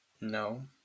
No